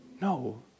No